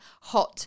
hot